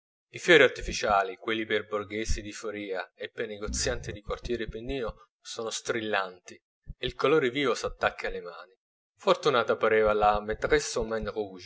i fiori artificiali quelli pei borghesi di foria e pei negozianti di quartiere pendino sono strillanti e il colore vivo s'attacca alle mani fortunata pareva la